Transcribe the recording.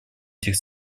этих